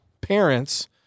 parents